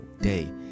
day